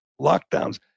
lockdowns